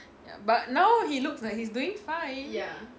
but now he looks like he's doing fine